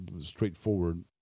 straightforward